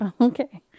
okay